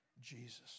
Jesus